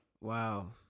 wow